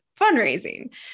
fundraising